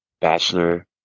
bachelor